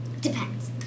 Depends